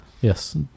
Yes